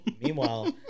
Meanwhile